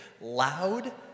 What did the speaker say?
loud